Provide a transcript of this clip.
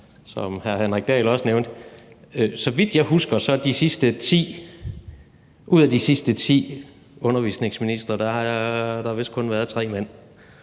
hr. Henrik Dahl også nævnte – for så vidt jeg husker har der ud af de sidste ti undervisningsministre vist kun været tre mænd;